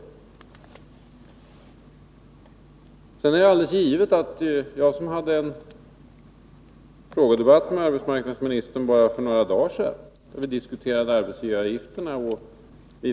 Jag hade en frågedebatt med arbetsmarknadsministern bara för några dagar sedan, då vi diskuterade arbetsgivaravgifterna.